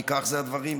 כי כך הם הדברים,